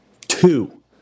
two